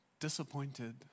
disappointed